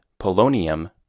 Polonium